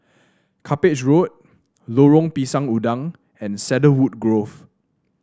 Cuppage Road Lorong Pisang Udang and Cedarwood Grove